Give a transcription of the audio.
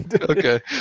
Okay